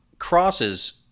crosses